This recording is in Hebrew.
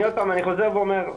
אני חוזר ואומר,